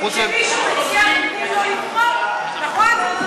כשמישהו מציע נותנים לו לבחור, נכון?